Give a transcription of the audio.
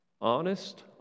Honest